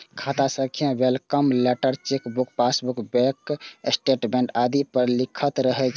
खाता संख्या welcome letter, chequebook, passbook, bank statement आदि पर लिखल रहै छै